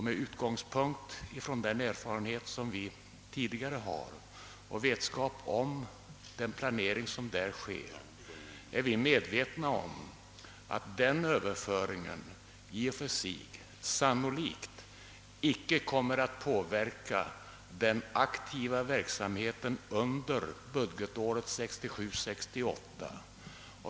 Med utgångspunkt från den erfarenhet vi tidigare har och från vetskapen om den planering som sker är vi medvetna om att den överföringen i och för sig sannolikt icke kommer att påverka den aktiva verksamheten under budgetåret 1967/68.